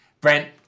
Brent